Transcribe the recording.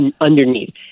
underneath